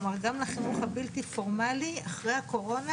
כלומר גם לחינוך הבלתי פורמלי אחרי הקורונה,